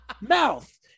mouth